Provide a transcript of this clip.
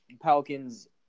Pelicans